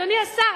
אדוני השר,